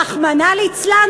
רחמנא ליצלן,